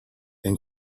and